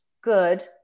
good